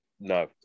No